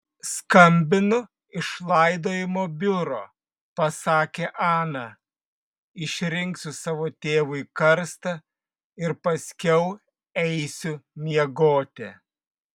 skambinu iš laidojimo biuro pasakė ana išrinksiu savo tėvui karstą ir paskiau eisiu miegoti